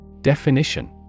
Definition